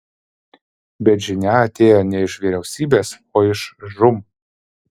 bet žinia atėjo ne iš vyriausybės o iš žūm